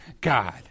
God